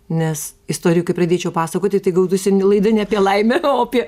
nes istorijų kaip pradėčiau pasakoti tai gautųsi ne laida ne apie laimę o apie